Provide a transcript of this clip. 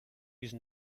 use